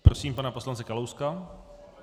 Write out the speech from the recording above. Prosím pana poslance Kalouska.